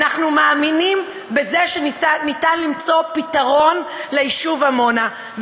אנחנו מאמינים שאפשר למצוא פתרון ליישוב עמונה,